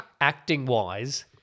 Acting-wise